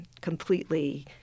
completely